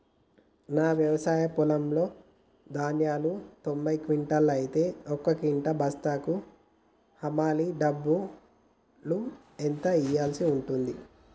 నా వ్యవసాయ పొలంలో ధాన్యాలు తొంభై క్వింటాలు అయితే ఒక క్వింటా బస్తాకు హమాలీ డబ్బులు ఎంత ఇయ్యాల్సి ఉంటది?